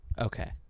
Okay